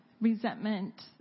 Resentment